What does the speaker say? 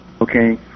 Okay